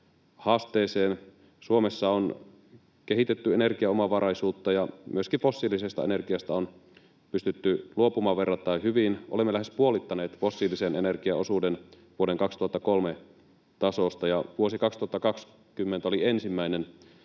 omavaraisuushaasteeseen. Suomessa on kehitetty energiaomavaraisuutta ja myöskin fossiilisesta energiasta on pystytty luopumaan verrattain hyvin. Olemme lähes puolittaneet fossiilisen energian osuuden vuoden 2003 tasosta. Vuosi 2020 oli ensimmäinen